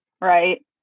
Right